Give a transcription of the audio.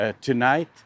tonight